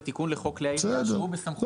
זה תיקון לחוק כלי הירייה שהוא בסמכות הוועדה.